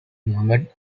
muhammad